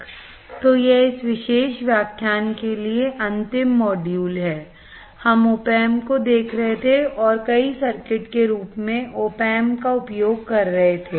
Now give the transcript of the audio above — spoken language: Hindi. तो यह इस विशेष व्याख्यान के लिए अंतिम मॉड्यूल है हम opamp को देख रहे थे और कई सर्किट के रूप में opamp का उपयोग कर रहे थे